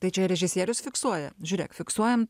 tai čia režisierius fiksuoja žiūrėk fiksuojam